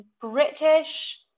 British